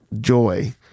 joy